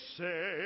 say